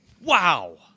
Wow